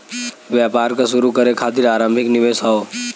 व्यापार क शुरू करे खातिर आरम्भिक निवेश हौ